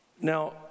Now